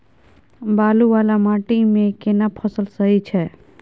बालू वाला माटी मे केना फसल सही छै?